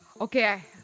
Okay